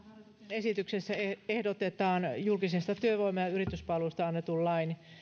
esityksessä ehdotetaan julkisesta työvoima ja yrityspalvelusta annetun lain